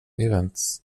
events